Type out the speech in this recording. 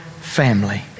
family